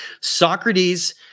Socrates